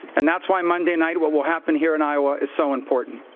and that's why monday night, what will happen here in iowa is so important.